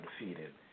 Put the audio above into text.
undefeated